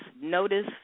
notice